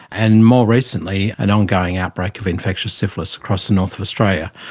and more recently an ongoing outbreak of infectious syphilis across the north of australia.